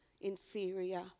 inferior